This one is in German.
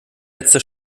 letzte